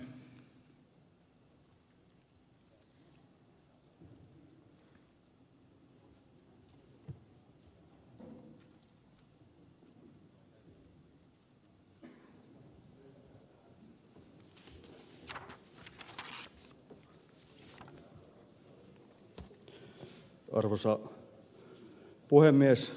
arvoisa puhemies